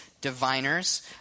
diviners